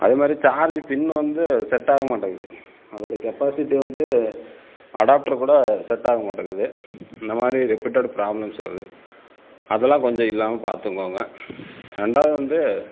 அதே மாதிரி charge pin வந்து செட்டாக மாட்டேங்குது அதோட கெப்பாசிட்டி வந்து அடாப்ட்ரு கூட செட்டாக மாட்டேங்குது இந்த மாதிரி ரிப்பீட்டட் ப்ராப்ளம்ஸ் வருது அதெல்லாம் கொஞ்சம் இல்லாமல் பார்த்துக்கோங்க ரெண்டாவது வந்து